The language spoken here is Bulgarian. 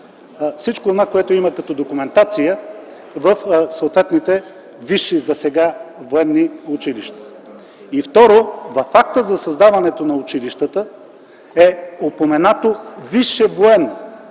всичко онова, което имате като документация в съответните засега висши военни училища. Второ, в Акта за създаването на училищата е упоменато висше военно.